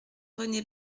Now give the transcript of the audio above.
rené